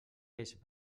peix